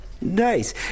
Nice